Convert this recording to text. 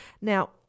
Now